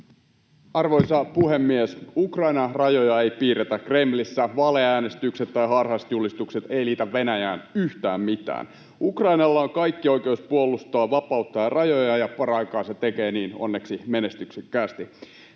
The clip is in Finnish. Arvoisa puhemies! Ukrainan rajoja ei piirretä Kremlissä. Valeäänestykset tai harhaiset julistukset eivät liitä Venäjään yhtään mitään. Ukrainalla on kaikki oikeus puolustaa vapauttaan ja rajojaan, ja paraikaa se tekee niin, onneksi menestyksekkäästi.